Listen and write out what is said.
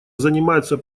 занимается